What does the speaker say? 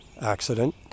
accident